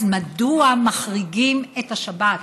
אז מדוע מחריגים את השבת?